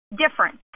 different